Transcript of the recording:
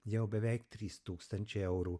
jau beveik trys tūkstančiai eurų